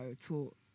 taught